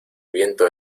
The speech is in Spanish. viento